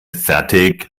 fertig